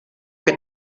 que